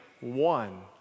one